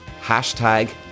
hashtag